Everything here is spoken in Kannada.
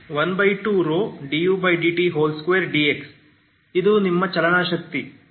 E12mv2012∂u∂t2dx ಇದು ನಿಮ್ಮ ಚಲನ ಶಕ್ತಿ